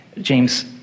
James